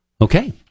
Okay